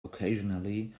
occasionally